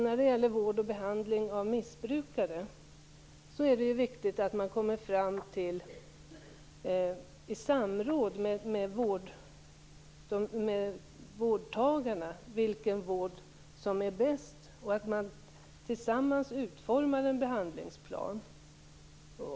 Vad gäller vård och behandling av missbrukare är det viktigt att man i samråd med vårdtagarna kommer fram till vilken vård som är bäst och att man tillsammans utformar en behandlingsplan.